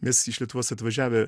nes iš lietuvos atvažiavę